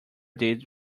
did